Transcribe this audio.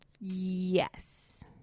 Yes